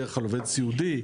בדרך כלל עובד סיעודי,